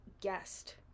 guest